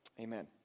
amen